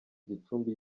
gicumbi